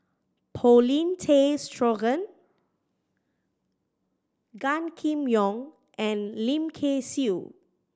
Paulin Tay Straughan Gan Kim Yong and Lim Kay Siu